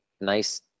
nice